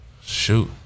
Shoot